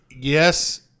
Yes